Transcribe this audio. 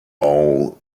all